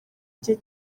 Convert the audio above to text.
igihe